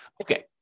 Okay